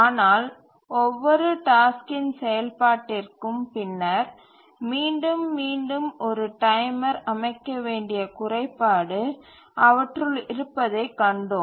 ஆனால் ஒவ்வொரு டாஸ்க்கின் செயல்பாட்டிற்கும் பின்னர் மீண்டும் மீண்டும் ஒரு டைமர் அமைக்க வேண்டிய குறைபாடு அவற்றுள் இருப்பதைக் கண்டோம்